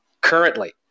currently